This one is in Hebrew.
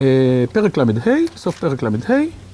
פרק ל"ה, סוף פרק ל"ה